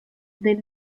del